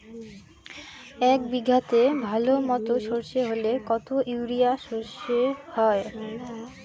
এক বিঘাতে ভালো মতো সর্ষে হলে কত ইউরিয়া সর্ষে হয়?